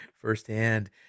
firsthand